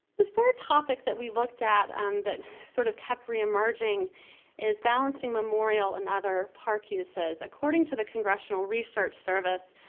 the third topic that we looked at and that sort of kept reemerging is balancing memorial and other park uses. according to the congressional research service,